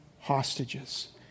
hostages